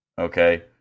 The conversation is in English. okay